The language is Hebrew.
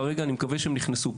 אני מקווה שהם נכנסו,